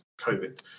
covid